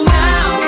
now